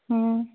ਹੂੰ